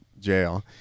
jail